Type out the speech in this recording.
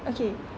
okay